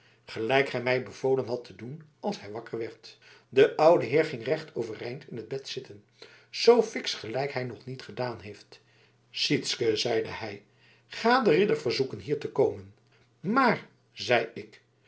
gelijk gij mij bevolen hadt te doen als hij wakker werd de oude heer ging recht overeind in t bed zitten zoo fiks gelijk hij nog niet gedaan heeft sytsken zeide hij ga den ridder verzoeken hier te komen maar zei ik